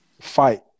fight